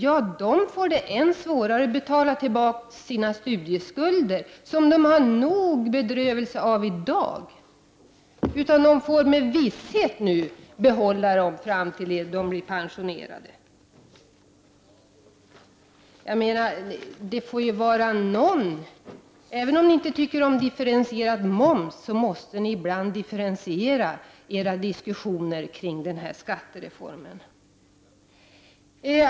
Ja, de som studerar får än svårare att betala tillbaka sina studieskulder, som de har nog bedrövelse av i dag. De får nu med visshet behålla dem fram till det att de blir pensionerade. Även om ni inte tycker om differentierad moms, måste ni ibland differentiera era diskussioner kring den här skattereformen.